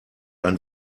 ein